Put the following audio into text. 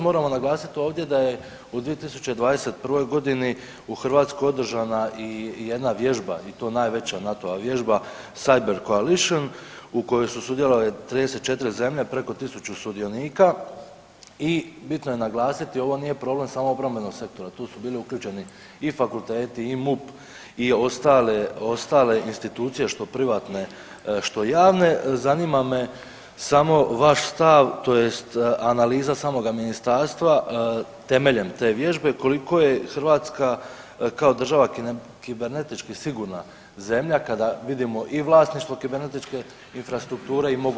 Moramo naglasiti ovdje da je u 2021. g. u Hrvatskoj održana i jedna vježba i to najveća NATO-ova vježba Cyber Coalition u kojoj su sudjelovale 34 zemlje, preko 1000 sudionika i bitno je naglasiti ovo nije problem samo obrambenog sektora, tu su bili uključeni i fakulteti i MUP i ostale, ostale institucije što privatne, što javne zanima me samo vaš stav tj. analiza samoga ministarstva temeljem te vježbe koliko je Hrvatska kao država kibernetički sigurna zemlja kada vidimo i vlasništvo kibernetičke infrastrukture [[Upadica: Hvala vam.]] i moguće napade sutra.